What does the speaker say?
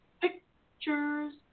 pictures